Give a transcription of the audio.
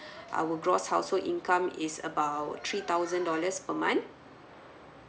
our gross household income is about three thousand dollars per month